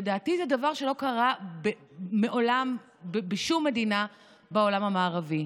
לדעתי זה דבר שלא קרה מעולם בשום מדינה בעולם המערבי.